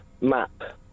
Map